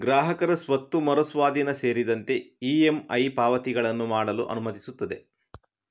ಗ್ರಾಹಕರು ಸ್ವತ್ತು ಮರು ಸ್ವಾಧೀನ ಸೇರಿದಂತೆ ಇ.ಎಮ್.ಐ ಪಾವತಿಗಳನ್ನು ಮಾಡಲು ಅನುಮತಿಸುತ್ತದೆ